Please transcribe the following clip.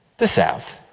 the south.